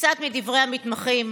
מקצת מדברי המתמחים: